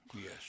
Yes